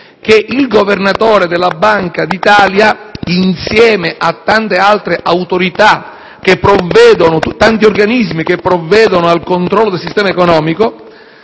dal Governatore della Banca d'Italia e da tante altre autorità e organismi che provvedono al controllo del sistema economico,